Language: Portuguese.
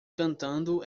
cantando